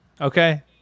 Okay